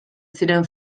ziren